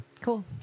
Cool